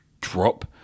drop